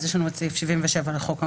יש לנו את סעיף 77 לחוק העונשין,